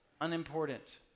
unimportant